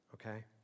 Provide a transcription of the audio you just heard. Okay